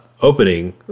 opening